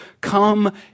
come